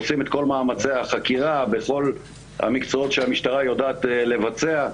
עושים את כל מאמצי החקירה בכל המקצועות שהמשטרה יודעת לבצע,